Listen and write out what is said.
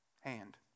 hand